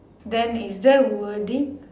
then is there wording